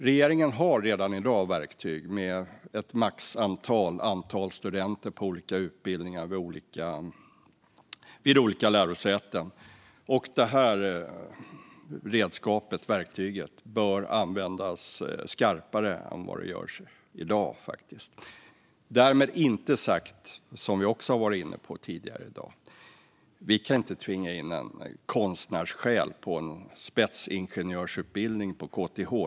Regeringen har redan i dag verktyg med ett maxantal studenter på ett antal olika utbildningar vid olika lärosäten. Det redskapet, verktyget, bör användas skarpare än vad som görs i dag. Därmed är inte sagt, som vi också har varit inne på tidigare i dag, att vi ska tvinga in en konstnärssjäl på en spetsingenjörsutbildning på KTH.